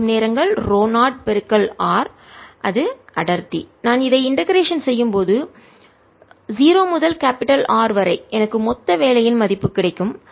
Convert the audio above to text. இதை நான் இண்டெகரேஷன் ஒருங்கிணைத்தல் செய்யும்போது 0 முதல் R வரை எனக்கு மொத்த வேலையின் மதிப்பு கிடைக்கும்